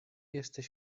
jesteś